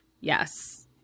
yes